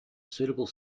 suitable